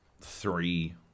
three